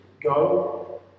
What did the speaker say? go